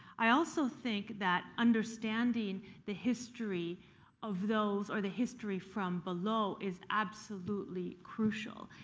i also think that understanding the history of those or the history from below is absolutely crucial.